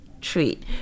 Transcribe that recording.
treat